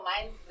mind